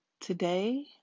Today